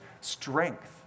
strength